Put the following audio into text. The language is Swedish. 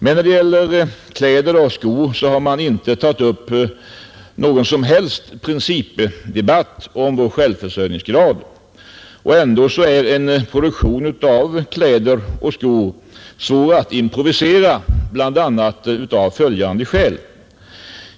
Men när det gäller kläder och skor har man inte tagit upp någon som helst principdebatt om vår självförsörjningsgrad. Ändå är en produktion av kläder och skor svår att improvisera, bl.a. av följande skäl.